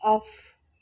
off